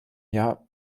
jahr